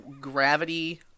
gravity